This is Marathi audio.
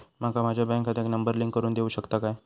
माका माझ्या बँक खात्याक नंबर लिंक करून देऊ शकता काय?